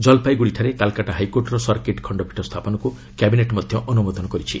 କଲ୍ପାଇଗୁଡ଼ିଠାରେ କାଲ୍କାଟା ହାଇକୋର୍ଟର ସର୍କିଟ୍ ଖଣ୍ଡପୀଠ ସ୍ଥାପନକୁ କ୍ୟାବିନେଟ୍ ଅନୁମୋଦନ କରିଛି